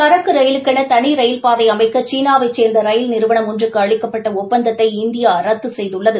சரக்கு ரயிலுக்கென தனி ரயில்பாதை அமைக்க சீனா வைச் சேர்ந்த ரயில் நிறுவனம் ஒன்றுக்கு அளிக்கப்பட்ட ஒப்பந்தத்தை இந்தியா ரத்து செய்துள்ளது